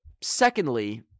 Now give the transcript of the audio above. Secondly